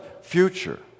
future